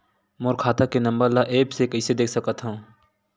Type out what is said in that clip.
मोर खाता के नंबर ल एप्प से कइसे देख सकत हव?